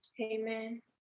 Amen